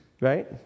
Right